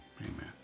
Amen